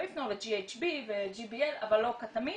אבל לא קטמין.